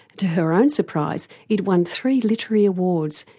to her own surprise, it won three literary awards,